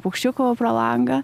paukščiukų pro langą